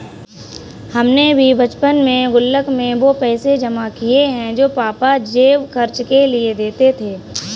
हमने भी बचपन में गुल्लक में वो पैसे जमा किये हैं जो पापा जेब खर्च के लिए देते थे